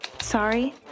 Sorry